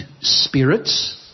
spirits